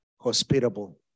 hospitable